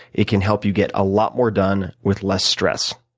it can help you get a lot more done with less stress.